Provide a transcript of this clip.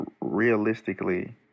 realistically